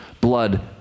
blood